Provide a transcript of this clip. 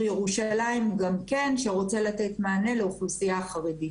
ירושלים גם כן שרוצה לתת מענה לאוכלוסייה החרדית.